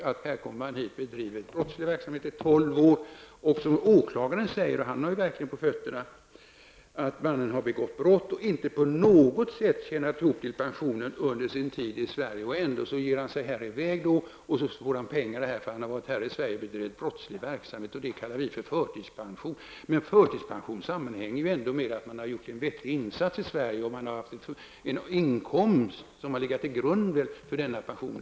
Denna person har kommit hit och bedrivit brottslig verksamhet i tolv år. Åklagaren anser, och han har verkligen på fötterna, att mannen har begått brott och inte på något sätt tjänat ihop till pensionen under sin tid i Sverige. Sedan ger han sig i väg, och får pengar eftersom han varit här och bedrivit brottslig verksamhet. Detta kallar vi för förtidspension. Men en förtidspension sammanhänger ändå med att man gjort en vettig insats i Sverige och i normala fall haft en inkomst som legat till grund för denna pension.